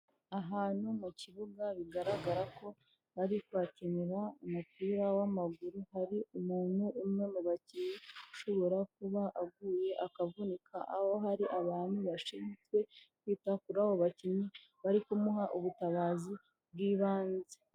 Ahantu mu kibuga bigaragara ko ari kuhakinira umupira w'amaguru, hari umuntu umwe mu bakinnyi ushobora kuba aguye akavunika, aho hari abantu bashinzwe kwita kuri abo bakinnyi bari kumuha ubutabazi bw'ibanze.